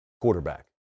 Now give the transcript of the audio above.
Quarterback